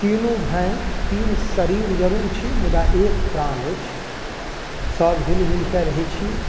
तीनू भाय तीन शरीर जरूर छी मुदा एक प्राण अछि सब हिलमिलके रहै छी